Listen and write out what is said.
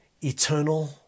eternal